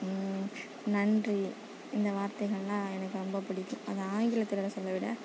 நன்றி இந்த வார்த்தைகளெலாம் எனக்கு ரொம்ப பிடிக்கும் அதை ஆங்கிலத்தில் சொல்கிறத விட